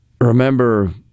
remember